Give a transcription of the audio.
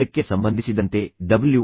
ಇದಕ್ಕೆ ಸಂಬಂಧಿಸಿದಂತೆ ಡಬ್ಲ್ಯು